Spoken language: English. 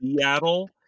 Seattle